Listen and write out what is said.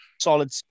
solid